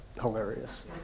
hilarious